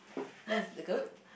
that's the